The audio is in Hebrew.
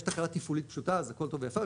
יש תקלה תפעולית פשוטה אז הכל טוב ויפה.